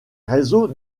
réseaux